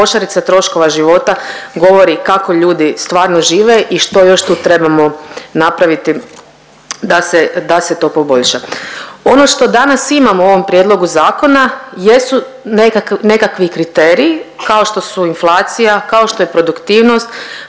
košarica troškova života govori kako ljudi stvarno žive i što još tu trebamo napraviti da se to poboljša. Ono što danas imamo u ovom prijedlogu zakona jesu nekakvi kriteriji kao što su inflacija, kao što je produktivnost,